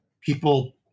people